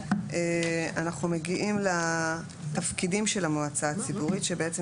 אנחנו מגיעים לתפקידים של המועצה הציבורית שבעצם